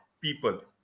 people